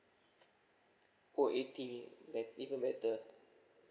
oh eighty bet~ even better